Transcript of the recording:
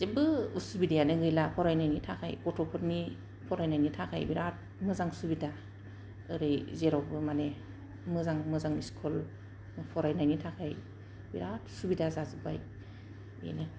जेब्बो उसुबिदायानो गैला फरायनायनि थाखाय गथ'फोरनि फरायनायनि थाखाय बिराद मोजां सुबिदा ओरै जेरावबो मानि मोजां मोजां स्कुल फरायनायनि थाखाय बेराद सुबिदा जाजोबबाय बेनो